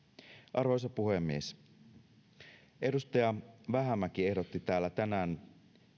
arvoisa puhemies edustaja vähämäki ehdotti täällä tänään